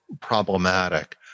problematic